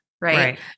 right